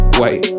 wait